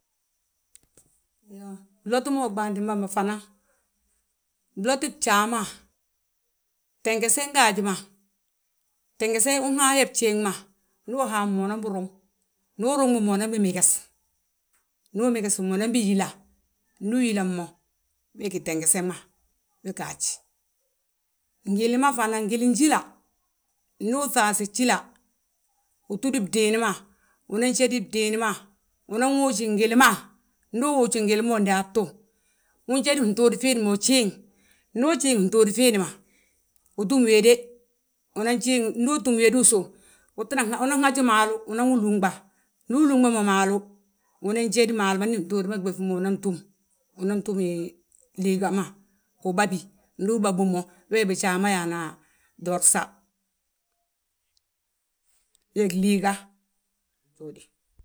Bloti ma uɓaandu bommu fana, bloti bjaa ma, tengesiŋ gaaji ma, tengesiŋ hú haaye bjéeŋ ma, ndu uhab mo unanbi ruŋ. Ndu uruŋ bi mo unan bi meges, ndu umeges mo unanbi yíila, ndu uyíila mo, bee gi tengesiŋ ma, we gaaj. Ngili ma fana, ngilin jíla ndu uŧaasi jíla, utúdi bdiin ma, unan jédi bdiin ma, unan wuuji ngili ma. Ndi uwuuji ngili ma daatu, unjédi fntuudi fiindi ma ujiŋ, ndu ujiiŋ fntuudi fiindi ma, utúm wéde, unan jiiŋ. Ndu utúm wédi usów, unan haji maalu unan wi lunɓa, ndu ulunɓa mo maalu, unan jédi maalu ma. Ndi fntuudi ma ɓéŧ mo unan túm, unan túm liiga ma, uɓabi,. Ndu uɓabi mo wee bijaa ma yaana doorsa, he glíiga njóodi.